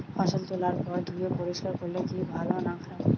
ফসল তোলার পর ধুয়ে পরিষ্কার করলে কি ভালো না খারাপ?